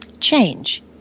change